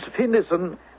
Finison